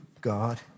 God